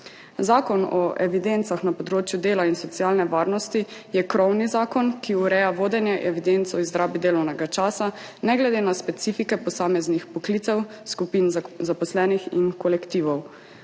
Zakon o evidencah na področju dela in socialne varnosti je krovni zakon, ki ureja vodenje evidenc o izrabi delovnega časa, ne glede na specifike posameznih poklicev, skupin zaposlenih in kolektivov.